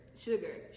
sugar